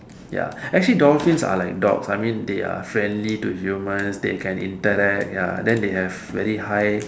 ya actually dolphins are like dogs I mean they are friendly to humans they can interact ya then they have very high